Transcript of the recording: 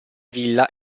villa